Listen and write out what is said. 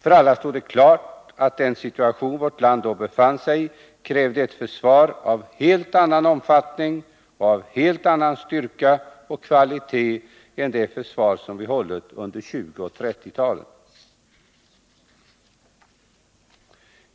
För alla stod det klart att den situation vårt land då befann sig i krävde ett försvar av helt annan omfattning och av helt annan styrka och kvalitet än det försvar som vi hade hållit under 1920 och 1930-talen.